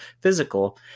physical